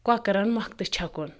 کۄکرَن مۄکھتہٕ چھکُن